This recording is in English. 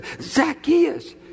Zacchaeus